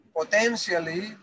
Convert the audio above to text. Potentially